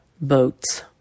Boats